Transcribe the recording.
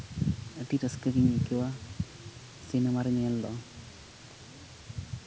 ᱟᱹᱰᱤ ᱨᱟᱹᱥᱠᱟᱹ ᱜᱮᱧ ᱟᱹᱭᱠᱟᱹᱣᱟ ᱥᱤᱱᱮᱢᱟ ᱨᱮ ᱧᱮᱞ ᱫᱚ